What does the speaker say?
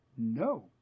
no